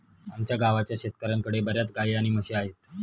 आमच्या गावाच्या शेतकऱ्यांकडे बर्याच गाई आणि म्हशी आहेत